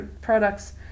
products